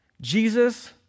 Jesus